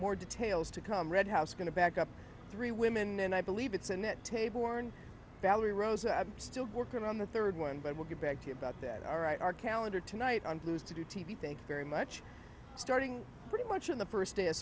more details to come red house going to back up three women and i believe it's in that table worn valerie rose i'm still working on the third one but we'll get back to you about that all right our calendar tonight on blues to do t v thank you very much starting pretty much on the first day of